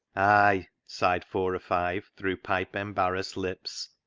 ay, sighed four or five, through pipe embarrassed lips,